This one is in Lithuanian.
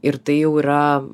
ir tai jau yra